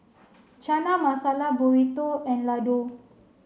Chana Masala Burrito and Ladoo